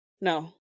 No